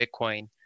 Bitcoin